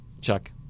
Chuck